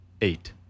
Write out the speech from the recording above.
eight